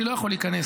אני לא יכול להיכנס,